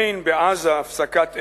אין בעזה הפסקת אש,